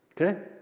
Okay